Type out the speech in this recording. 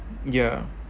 ya